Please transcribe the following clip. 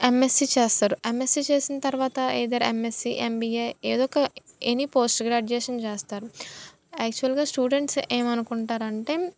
MSc చేస్తారు MSc చేసిన తరువాత ఎయ్దర్ ఎంఎస్సీ ఎంబీఏ ఏదొక ఎనీ పోస్ట్ గ్రాడ్యుయేషన్ చేస్తారు యాక్చువల్గా స్టూడెంట్స్ ఏమనుకుంటారంటే